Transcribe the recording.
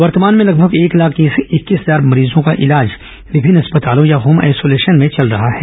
वर्तमान में लगभग एक लाख इक्कीस हजार मरीजों का इलाज विभिन्न अस्पतालों या होम आइसोलेशन में चल रहा है